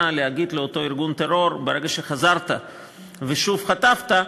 להגיד לאותו ארגון טרור: ברגע שחזרת ושוב חטפת,